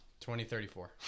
2034